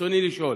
רצוני לשאול: